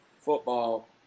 football